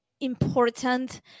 important